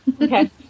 Okay